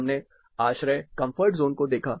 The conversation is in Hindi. हमने आश्रय कम्फर्ट जोन को देखा